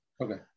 Okay